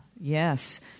Yes